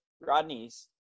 Rodney's